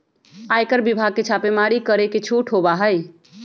आयकर विभाग के छापेमारी करे के छूट होबा हई